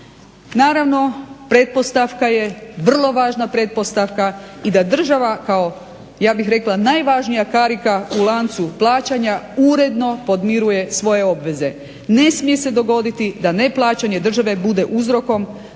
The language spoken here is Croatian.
Naravno pretpostavka je, vrlo važna pretpostavka, i da država kao ja bih rekla najvažnija karika u lancu plaćanja uredno podmiruje svoje obveze. Ne smije se dogoditi da neplaćanje države bude uzrokom